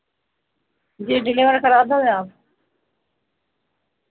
جی deliver کرا دو گے آپ